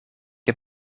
heb